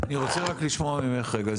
אני רק רוצה לשמוע ממך רגע,